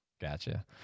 gotcha